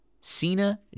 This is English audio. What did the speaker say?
Cena